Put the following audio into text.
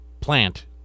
plant